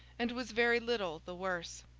and was very little the worse.